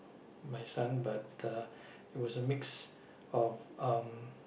my son but uh he was a mix of um